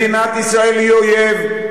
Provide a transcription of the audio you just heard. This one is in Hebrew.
מדינת ישראל היא אויב,